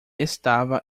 estava